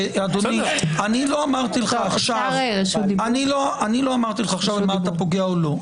אדוני, לא אמרתי לך עכשיו במה אתה פוגע או לא.